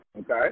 Okay